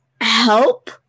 help